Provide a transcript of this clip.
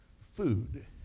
food